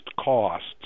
costs